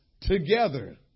together